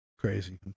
crazy